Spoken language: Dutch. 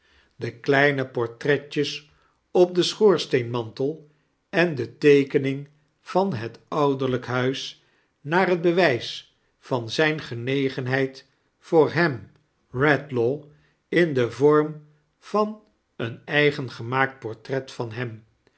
de kleine portretjes op den schoorsteenmantel en de teekening van het ouderljgk huis naar het bews van zijne genegenheid voor hem redlaw in den vorm van een eigen gemaakt portret van hem